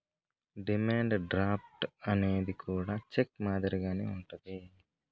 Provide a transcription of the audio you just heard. demand draft అనేది కూడా cheque మాదిరిగానే ఉంటది